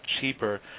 cheaper